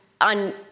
on